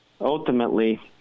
ultimately